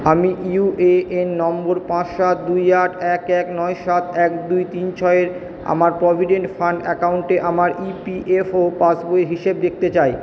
আমি UAN number পাঁচ সাত দুই আট এক এক নয় সাত এক দুই তিন ছয়ের আমার প্রভিডেন্ট ফান্ড অ্যাকাউন্টে আমার ইউপিএফও পাসবই হিসেব দেখতে চাই